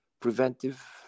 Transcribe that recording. preventive